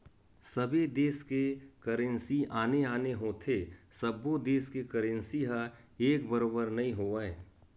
सबे देस के करेंसी आने आने होथे सब्बो देस के करेंसी ह एक बरोबर नइ होवय